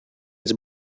its